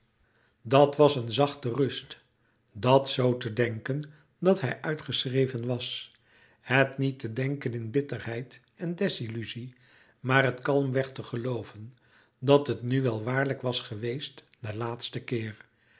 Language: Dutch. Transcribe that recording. dat was een zachte rust dat zoo te denken dat hij uitgeschreven was het niet te denken in bitterheid en desilluzie maar het kalmweg te gelooven dat het nu wel waarlijk was geweest de laatste keer